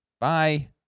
Bye